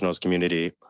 community